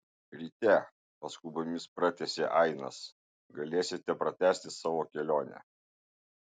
ryte paskubomis pratęsė ainas galėsite pratęsti savo kelionę